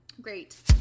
Great